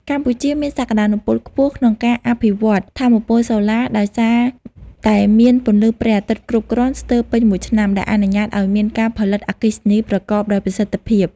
កម្ពុជាមានសក្តានុពលខ្ពស់ក្នុងការអភិវឌ្ឍថាមពលសូឡា ដោយសារតែមានពន្លឺព្រះអាទិត្យគ្រប់គ្រាន់ស្ទើរពេញមួយឆ្នាំ ដែលអនុញ្ញាតឱ្យមានការផលិតអគ្គិសនីប្រកបដោយប្រសិទ្ធភាព។